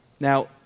Now